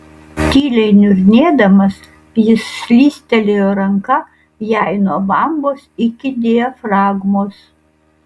tyliai niurnėdamas jis slystelėjo ranka jai nuo bambos iki diafragmos